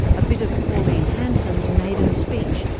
a bit of pauline hanson's maiden speech,